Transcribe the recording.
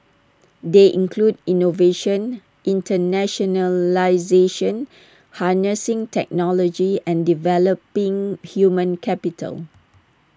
they include innovation internationalisation harnessing technology and developing human capital